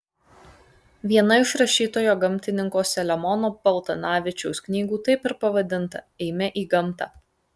viena iš rašytojo gamtininko selemono paltanavičiaus knygų taip ir pavadinta eime į gamtą